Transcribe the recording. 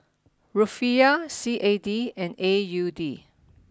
Rufiyaa C A D and A U D